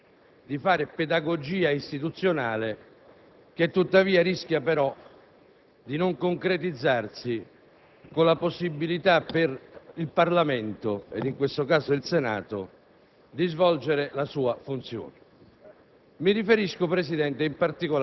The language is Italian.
Un tentativo di fare pedagogia istituzionale che tuttavia rischia di non concretizzarsi con la possibilità per il Parlamento, in questo caso il Senato, di svolgere la sua funzione.